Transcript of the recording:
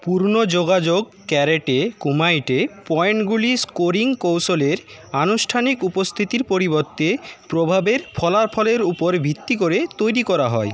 পূর্ণ যোগাযোগ karate kumite পয়েন্টগুলি স্কোরিং কৌশলের আনুষ্ঠানিক উপস্থিতির পরিবর্তে প্রভাবের ফলাফলের উপর ভিত্তি করে তৈরি করা হয়